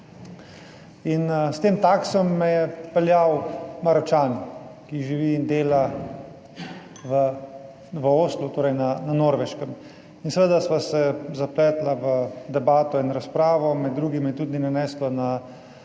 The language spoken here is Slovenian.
S tem taksijem me je peljal Maročan, ki živi in dela v Oslu, torej na Norveškem. Seveda sva se zapletla v debato in razpravo. Med drugim je tudi naneslo na